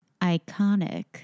Iconic